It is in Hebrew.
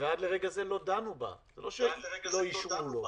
ועד לרגע זה לא דנו בה, זה לא שלא אישרו לה אותה.